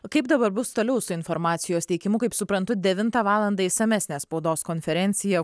kaip dabar bus toliau su informacijos teikimu kaip suprantu devintą valandą išsamesnė spaudos konferencija